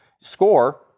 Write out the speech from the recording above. score